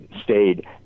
stayed